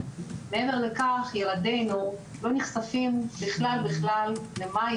מעבר לכך ילדינו לא נחשפים בכלל בכלל למה היא